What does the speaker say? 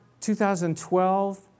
2012